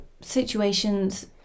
Situations